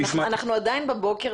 אנחנו עדיין בבוקר.